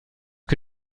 que